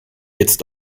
jetzt